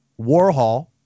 Warhol